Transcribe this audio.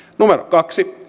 kaksi